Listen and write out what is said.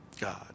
God